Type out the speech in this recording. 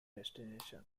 destination